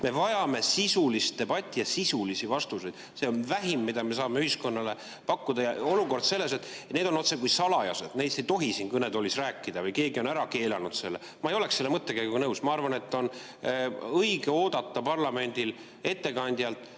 Me vajame sisulist debatti ja sisulisi vastuseid, see on vähim, mida me saame ühiskonnale pakkuda. Olukord selles, et need on otsekui salajased, neist ei tohi siin kõnetoolis rääkida või keegi on ära keelanud selle. Ma ei ole selle mõttekäiguga nõus. Ma arvan, et parlamendil on õigus oodata ettekandjalt